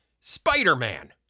Spider-Man